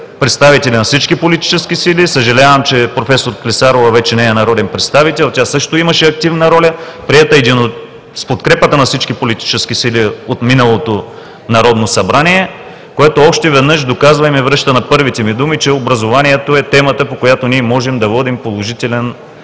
представители на всички политически сили. Съжалявам, че професор Клисарова вече не е народен представител. Тя също имаше активна роля. Стратегията е приета с подкрепата на всички политически сили от миналото Народно събрание, което още веднъж доказва и ме връща на първите ми думи, че образованието е темата, по която ние можем да водим положителен